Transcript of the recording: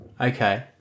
Okay